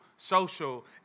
social